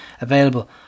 Available